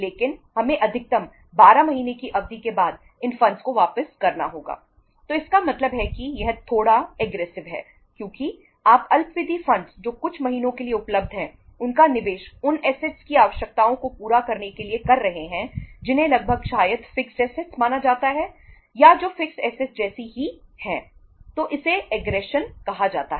लेकिन हमें अधिकतम 12 महीने की अवधि के बाद इन फंडस कहा जाता है